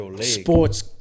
sports